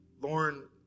Lauren